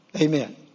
Amen